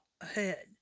ahead